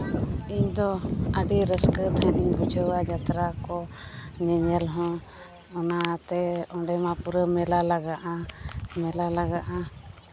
ᱟᱨ ᱤᱧᱫᱚ ᱟᱹᱰᱤ ᱨᱟᱹᱥᱠᱟᱹ ᱛᱟᱦᱮᱱᱤᱧ ᱵᱩᱡᱷᱟᱹᱣᱟ ᱡᱟᱛᱨᱟ ᱠᱚ ᱧᱮᱧᱮᱞ ᱦᱚᱸ ᱚᱱᱟᱛᱮ ᱚᱸᱰᱮ ᱢᱟ ᱯᱩᱨᱟᱹ ᱢᱮᱞᱟ ᱞᱟᱜᱟᱜᱼᱟ ᱢᱮᱞᱟ ᱞᱟᱜᱟᱜᱼᱟ